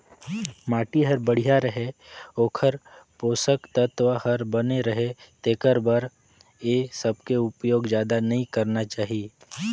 माटी हर बड़िया रहें, ओखर पोसक तत्व हर बने रहे तेखर बर ए सबके परयोग जादा नई करना चाही